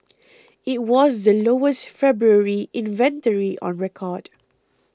it was the lowest February inventory on record